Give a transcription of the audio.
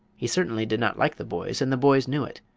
he certainly did not like the boys and the boys knew it.